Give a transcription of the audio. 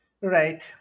Right